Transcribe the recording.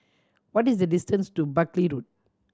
what is the distance to Buckley Road